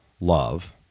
love